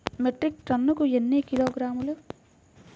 Metric టన్నుకు ఎన్ని కిలోగ్రాములు?